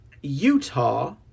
Utah